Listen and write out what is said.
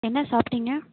என்ன சாப்பிட்டிங்க